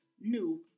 new